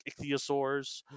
ichthyosaurs